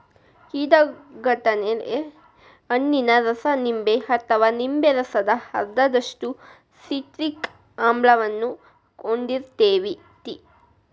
ಕಿತಗತಳೆ ಹಣ್ಣಿನ ರಸ ನಿಂಬೆ ಅಥವಾ ನಿಂಬೆ ರಸದ ಅರ್ಧದಷ್ಟು ಸಿಟ್ರಿಕ್ ಆಮ್ಲವನ್ನ ಹೊಂದಿರ್ತೇತಿ